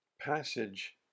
passage